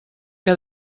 que